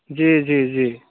जी जी जी